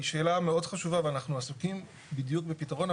היא שאלה מאוד חשובה ואנחנו עסוקים בדיוק בפתרון.